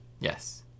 Yes